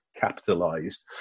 capitalized